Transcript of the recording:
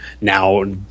Now